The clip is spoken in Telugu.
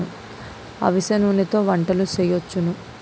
అవిసె నూనెతో వంటలు సేయొచ్చును